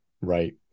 right